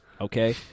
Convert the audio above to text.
okay